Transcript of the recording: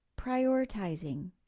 prioritizing